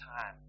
time